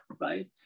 right